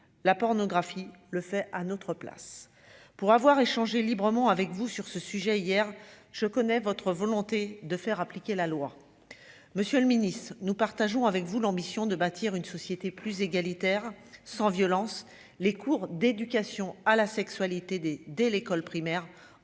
la pornographie, le fait à notre place pour avoir échangé librement avec vous sur ce sujet hier, je connais votre volonté de faire appliquer la loi Monsieur le Ministre, nous partageons avec vous, l'ambition de bâtir une société plus égalitaire, sans violence, les cours d'éducation à la sexualité dès dès l'école primaire